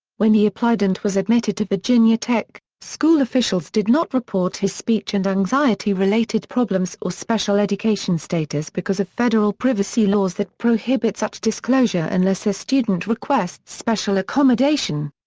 when he applied and was admitted to virginia tech, school officials did not report his speech and anxiety-related problems or special education status because of federal privacy laws that prohibit such disclosure unless a student requests special accommodation.